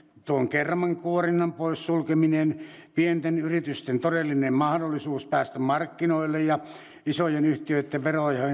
tuon kermankuorinnan poissulkeminen pienten yritysten todellinen mahdollisuus päästä markkinoille ja isojen yhtiöitten